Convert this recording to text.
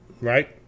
Right